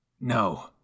No